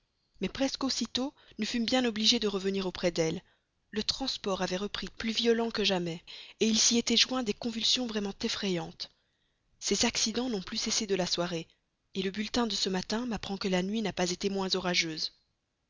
mais presque aussitôt nous fûmes bien obligés de revenir auprès d'elle le transport avait repris plus violent que jamais il s'y était joint des convulsions vraiment effrayantes ces accidents n'ont plus cessé de la soirée le bulletin de ce matin m'apprend que la nuit n'a pas été moins orageuse